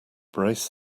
braced